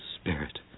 spirit